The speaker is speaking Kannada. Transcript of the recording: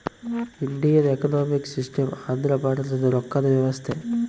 ಇಂಡಿಯನ್ ಎಕನೊಮಿಕ್ ಸಿಸ್ಟಮ್ ಅಂದ್ರ ಭಾರತದ ರೊಕ್ಕದ ವ್ಯವಸ್ತೆ